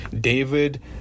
David